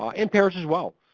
ah and parents as well,